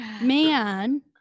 man